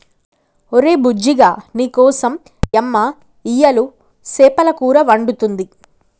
ఒరే బుజ్జిగా నీకోసం యమ్మ ఇయ్యలు సేపల కూర వండుతుంది